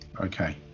okay